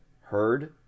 heard